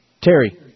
Terry